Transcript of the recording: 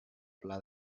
pla